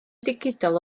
digidol